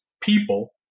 people